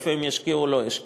איפה הם ישקיעו או לא ישקיעו,